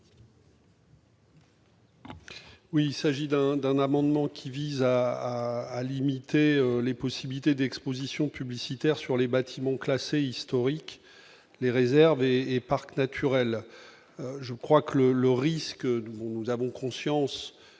Oui, il s'agit d'un d'un amendement qui vise à à à limiter les possibilités d'Exposition publicitaire sur les bâtiments classés historiques, les réserves et parcs naturels, je crois que le risque de vous, nous avons conscience